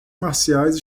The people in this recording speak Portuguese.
marciais